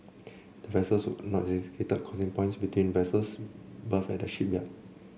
there were also no designated crossing points between vessels berthed at the shipyard